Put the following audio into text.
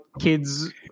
Kids